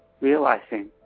realizing